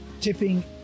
Tipping